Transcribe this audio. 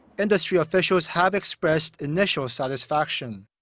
industry officials have expressed initial satisfaction.